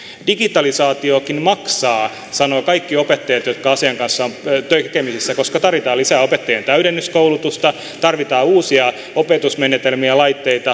digitalisaatiokin maksaa sanovat kaikki opettajat jotka asian kanssa ovat tekemisissä koska tarvitaan lisää opettajien täydennyskoulutusta tarvitaan uusia opetusmenetelmiä ja laitteita